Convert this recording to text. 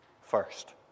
first